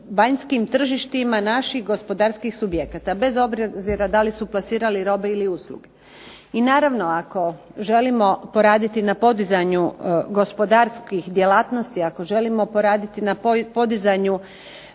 vanjskim tržištima naših gospodarskih subjekata bez obzira da li su plasirali robe ili usluge. I naravno ako želimo poraditi na podizanju gospodarskih djelatnosti, ako želimo poraditi na podizanju